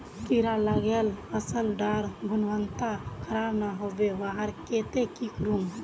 कीड़ा लगाले फसल डार गुणवत्ता खराब ना होबे वहार केते की करूम?